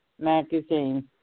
Magazine